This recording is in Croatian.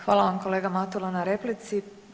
Hvala vam kolega Matula na replici.